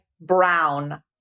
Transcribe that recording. brown